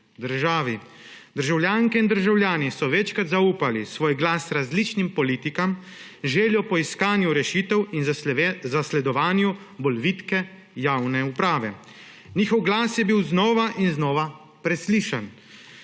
državi. Državljanke in državljani so večkrat zaupali svoj glas različnim politikam z željo po iskanju rešitev in zasledovanju bolj vitke javne uprave. Njihov glas je bil znova in znova preslišan.